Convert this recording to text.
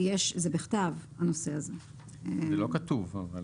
הנושא הזה הוא בכתב.